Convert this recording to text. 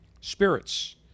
Spirits